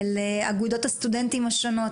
לאגודות הסטודנטים השונות,